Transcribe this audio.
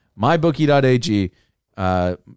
Mybookie.ag